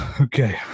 Okay